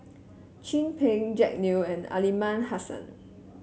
Chin Peng Jack Neo and Aliman Hassan